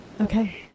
Okay